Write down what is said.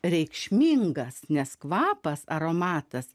reikšmingas nes kvapas aromatas